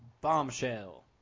bombshell